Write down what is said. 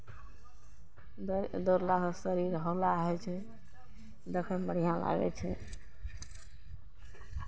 दौड़ दौड़लासँ शरीर हौला होइ छै देखयमे बढ़िआँ लागै छै